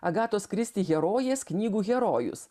agatos kristi herojės knygų herojus